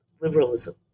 liberalism